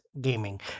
gaming